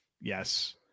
Yes